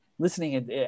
listening